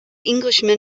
englishman